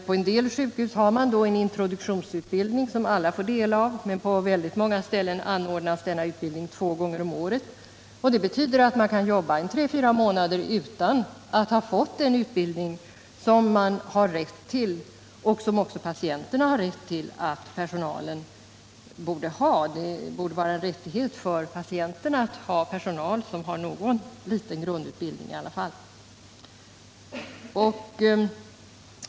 På en del sjukhus har man introduktionsutbildning som alla får del av, men på väldigt många ställen anordnas denna utbildning två gånger om året. Det betyder att man kan jobba tre fyra månader utan att ha fått den utbildning som man har rätt till och som också patienterna har rätt att fordra att personalen har. Det borde vara en rättighet för patienterna att ha personal som har åtminstone någon liten grundutbildning.